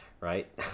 right